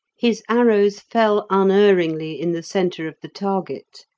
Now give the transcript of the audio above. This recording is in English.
his arrows fell unerringly in the centre of the target,